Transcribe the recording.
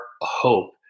hope